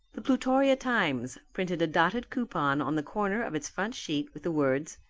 the plutorian times printed a dotted coupon on the corner of its front sheet with the words,